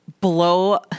blow